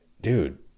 dude